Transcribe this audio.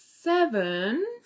Seven